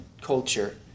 culture